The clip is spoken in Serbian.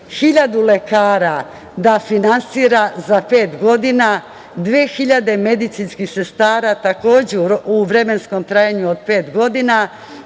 lekara da finansira za pet godina, dve hiljade medicinskih sestara takođe u vremensko trajanju od pet godina,